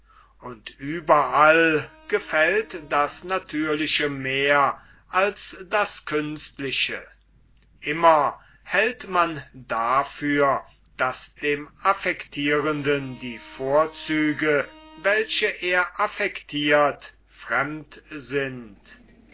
und überall gefällt das natürliche mehr als das künstliche immer hält man dafür daß dem affektirenden die vorzüge welche er affektirt fremd sind